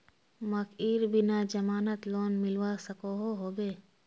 मकईर बिना जमानत लोन मिलवा सकोहो होबे?